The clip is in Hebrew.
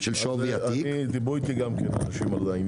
גם איתי דיברו על זה.